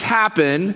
happen